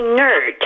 nerd